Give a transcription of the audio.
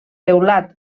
teulat